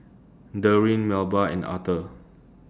Derwin Melba and Authur